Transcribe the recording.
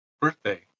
birthday